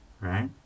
right